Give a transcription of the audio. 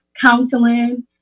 counseling